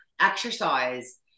exercise